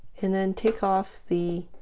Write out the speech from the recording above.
and then take off the